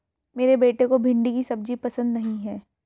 मेरे बेटे को भिंडी की सब्जी पसंद नहीं है